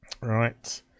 Right